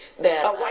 that-